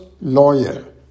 lawyer